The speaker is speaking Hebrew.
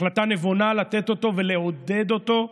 החלטה נבונה לתת אותו ולעודד אותו.